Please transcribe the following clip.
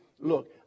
Look